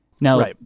Now